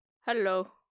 hello